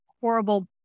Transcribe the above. horrible